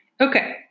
Okay